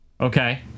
Okay